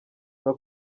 nka